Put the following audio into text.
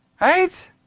right